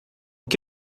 que